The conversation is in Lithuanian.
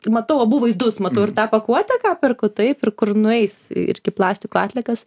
matau abu vaizdus matau ir tą pakuotę ką perku taip ir kur nueis ir iki plastiko atliekas